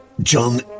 John